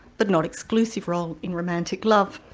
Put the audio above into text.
but not exclusive role, in romantic love.